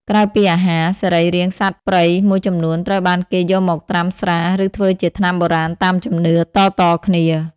ក្រៅពីអាហារ សរីរាង្គសត្វព្រៃមួយចំនួនត្រូវបានគេយកមកត្រាំស្រា ឬធ្វើជាថ្នាំបុរាណតាមជំនឿតៗគ្នា។